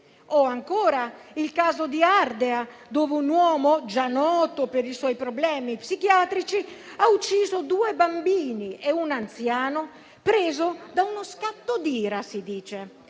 o, ancora, il caso di Ardea (Roma), dove un uomo, già noto per i suoi problemi psichiatrici, ha ucciso due bambini e un anziano preso da uno scatto d'ira e, da